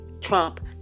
Trump